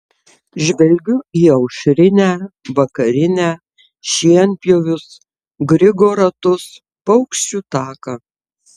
žvelgiu į aušrinę vakarinę šienpjovius grigo ratus paukščių taką